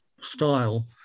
style